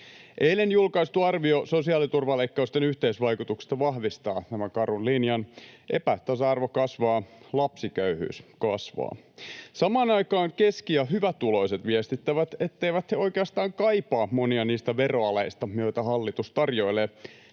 Eilen julkaistu arvio sosiaaliturvaleikkausten yhteisvaikutuksista vahvistaa tämän karun linjan: epätasa-arvo kasvaa, lapsiköyhyys kasvaa. Samaan aikaan keski- ja hyvätuloiset viestittävät, etteivät he oikeastaan kaipaa monia niistä veroaleista, joita hallitus tarjoilee